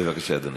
בבקשה, אדוני.